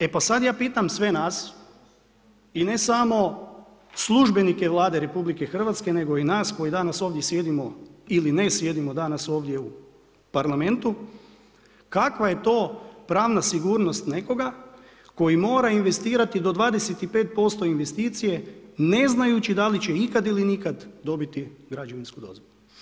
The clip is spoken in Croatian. E pa sada ja pitam sve nas i ne samo službenike Vlade RH nego i nas koji danas ovdje sjedimo ili ne sjedimo danas ovdje u Parlamentu kakva je to pravna sigurnost nekoga koji mora investirati do 25% investicije ne znajući da li će ikad ili nikad dobiti građevinsku dozvolu.